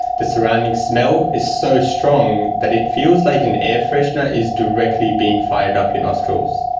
the surrounding smell is so strong that it feels like an air freshener is directly being fired up your nostrils.